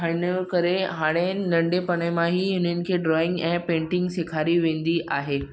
हिन हिनकरे खां हाणे नढपिणु मां ई हिनखे ड्राईंग ऐं पैटिंग सेखारी वेंदी आहे